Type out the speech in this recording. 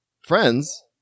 friends